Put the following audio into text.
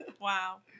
Wow